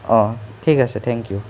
ঠিক আছে thank U